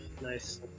nice